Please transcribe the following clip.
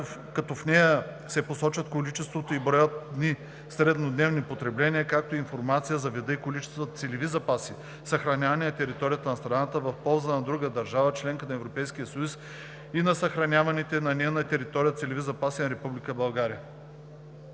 като в нея се посочват количеството и броят дни среднодневно потребление, както и информация за вида и количеството целеви запаси, съхранявани на територията на страната в полза на други държави – членки на Европейския съюз, и на съхраняваните на тяхна територия целеви запаси на Република